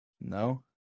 No